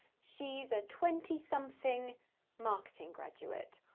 she's a twenty something marketing graduate.